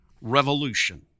revolution